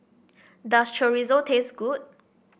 does Chorizo taste good